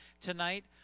tonight